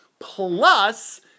Plus